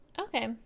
Okay